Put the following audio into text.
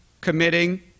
committing